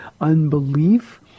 unbelief